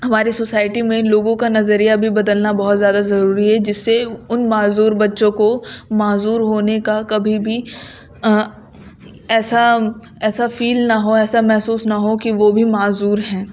ہمارے سوسائٹی میں لوگوں کا نظریہ بھی بدلنا بہت زیادہ ضروری ہے جس سے ان معذور بچوں کو معذور ہونے کا کبھی بھی ایسا ایسا فیل نہ ہو ایسا محسوس نہ ہو کہ وہ بھی معذور ہیں